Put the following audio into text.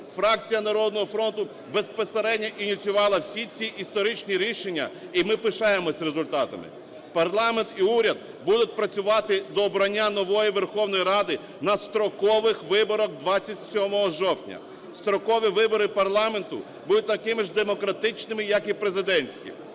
Фракція "Народного фронту" безпосередньо ініціювала всі ці історичні рішення, і ми пишаємося результатами. Парламент і уряд будуть працювати до обрання нової Верховної Ради на строкових виборах 27 жовтня. Строкові вибори парламенту будуть такими ж демократичними, які і президентські.